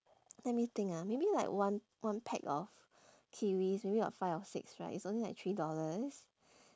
let me think ah maybe like one one pack of kiwis maybe got five or six right it's only like three dollars